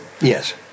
Yes